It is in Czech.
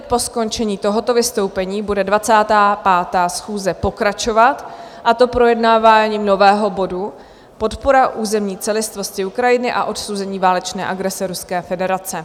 Pět minut po skončení tohoto vystoupení bude 25. schůze pokračovat, a to projednáváním nového bodu Podpora územní celistvosti Ukrajiny a odsouzení válečné agrese Ruské federace.